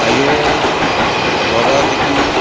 ᱟᱭᱚ ᱵᱟᱵᱟ ᱛᱤᱠᱤᱱ